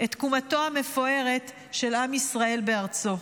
את תקומתו המפוארת של עם ישראל בארצו.